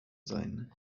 sein